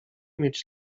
mieć